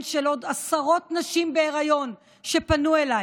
של עוד עשרות נשים בהיריון שפנו אליי,